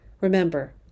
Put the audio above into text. Remember